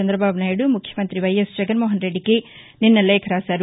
చంద్రబాబు నాయుడు ముఖ్యమంత్రి వైఎస్ జగన్మోహన్రెడ్డికి నిన్న లేఖ రాశారు